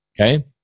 Okay